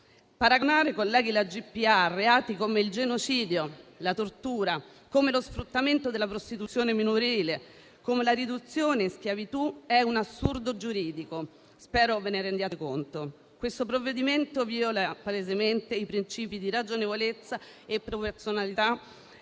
Paragonare, colleghi, la GPA a reati come il genocidio, la tortura, lo sfruttamento della prostituzione minorile, la riduzione in schiavitù, è un assurdo giuridico: spero ve ne rendiate conto. Questo provvedimento viola palesemente i principi di ragionevolezza e proporzionalità